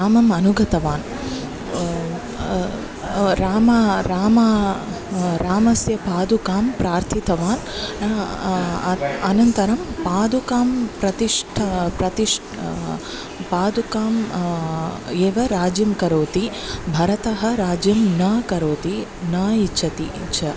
रामम् अनुगतवान् राम राम रामस्य पादुकां प्रार्थितवान् अनन्तरं पादुकां प्रतिष्ठ् प्रतिष् पादुका एव राज्यं करोति भरतः राज्यं न करोति न इच्छति इच्छा